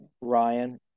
ryan